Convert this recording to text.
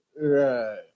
Right